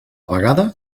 vegada